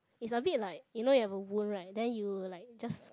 it's a bit like you know you have a wound right then you like just